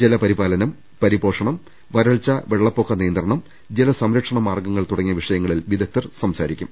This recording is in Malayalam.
ജലപരിപാലനം പരിപോഷണം വരൾച്ചാ വെള്ളപ്പൊക്ക നിയന്ത്രണം ജലസംരക്ഷണ മാർഗങ്ങൾ തുടങ്ങിയ വിഷയങ്ങളിൽ വിദ്ഗധർ സംസാരിക്കും